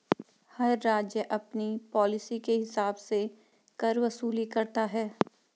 हर राज्य अपनी पॉलिसी के हिसाब से कर वसूली करता है